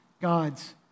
God's